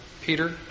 Peter